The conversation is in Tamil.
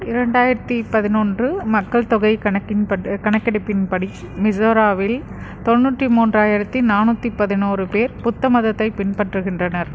இரண்டாயிரத்து பதினொன்று மக்கள் தொகை கணக்கின் பட்டு கணக்கெடுப்பின்படி மிசோராவில் தொண்ணூற்றி மூன்றாயிரத்து நானூற்றி பதினோரு பேர் புத்த மதத்தை பின்பற்றுகின்றனர்